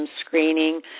screening